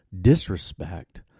disrespect